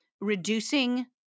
reducing